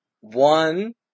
One